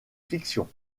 fictions